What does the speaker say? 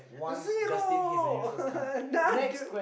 zero none dude